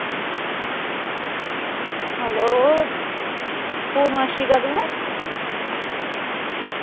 hello पुर्णमासी कदूं ऐ